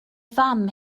fam